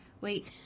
Wait